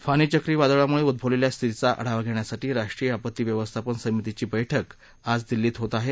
फानी चक्रवादळामुळे उद्रवलेल्या स्थितीचा आढावा घेण्यासाठी राष्ट्रीय आपत्ती व्यवस्थापन समितीची बैठक आज दिल्लीत होत आहे